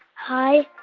hi.